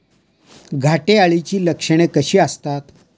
घाटे अळीची लक्षणे कशी असतात?